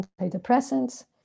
antidepressants